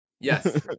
yes